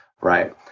right